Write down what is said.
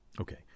Okay